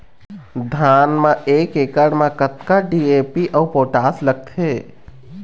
धान म एक एकड़ म कतका डी.ए.पी अऊ पोटास लगथे?